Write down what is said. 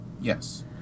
Yes